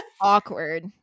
Awkward